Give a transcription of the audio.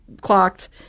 clocked